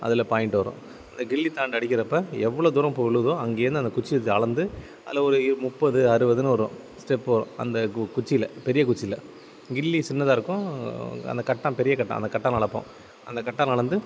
அதில் பாயிண்ட் வரும் இந்த கில்லிதாண்டு அடிக்கிறப்போ எவ்வளோ தூரம் போய் விலுவுதோ அங்கேயிருந்து அந்த குச்சியை எடுத்து அளந்து அதில் ஒரு இ முப்பது அறுபதுன்னு வரும் ஸ்டெப் அந்த கு குச்சியில் பெரிய குச்சியில் கில்லி சின்னதாக இருக்கும் அந்த கட்டம் பெரிய கட்டம் அந்த கட்டம்னால் அளப்போம் அந்த கட்டம்னால் அளந்து